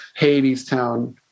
Hadestown